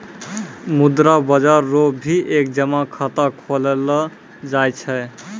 मुद्रा बाजार रो भी एक जमा खाता खोललो जाय छै